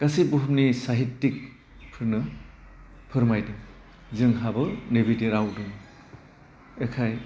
गासै बुहुमनि साहिटिक फोरनो फोरमायदों जोंहाबो नैबेदि राव दं ओंखाय